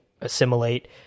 assimilate